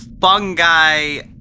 fungi